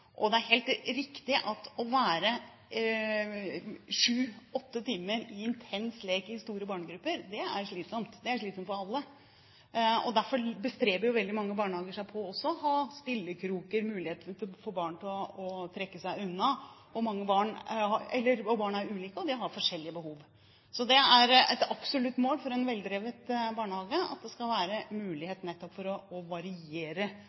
og det er helt riktig at å være sju–åtte timer i intens lek i store barnegrupper er slitsomt. Det er slitsomt for alle. Derfor bestreber veldig mange barnehager seg på å ha stillekroker – muligheter for barn til å trekke seg unna. Barn er ulike, og de har forskjellige behov. Det er et absolutt mål for en veldrevet barnehage at det skal være muligheter nettopp for å variere